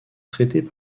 traitées